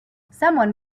someone